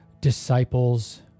disciples